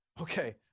Okay